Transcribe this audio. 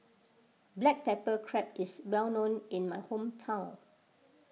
Black Pepper Crab is well known in my hometown